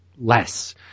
less